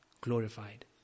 glorified